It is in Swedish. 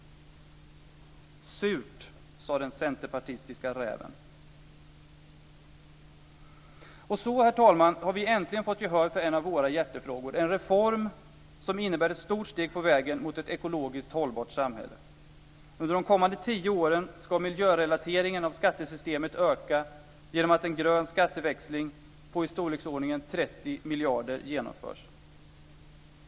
Surt, sade den centerpartistiska räven. Herr talman! Så har vi äntligen fått gehör för en av våra hjärtefrågor. Det är en reform som innebär ett stort steg på vägen mot ett ekologiskt hållbart samhälle. Under de kommande tio åren ska miljörelateringen av skattesystemet öka genom att en grön skatteväxling på i storleksordningen 30 miljarder genomförs.